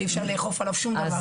שאי אפשר לאכוף על זה שום דבר.